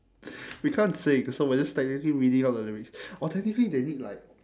we can't say cause so we are just technically reading out the lyrics or technically they need like